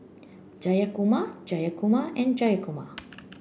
Jayakumar Jayakumar and Jayakumar